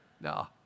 No